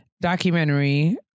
documentary